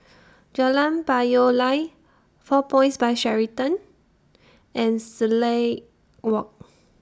Jalan Payoh Lai four Points By Sheraton and Silat Walk